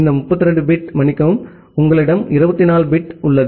இந்த 32 பிட் மன்னிக்கவும் உங்களிடம் 24 பிட் உள்ளது